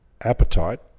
appetite